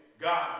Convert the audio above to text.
God